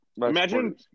Imagine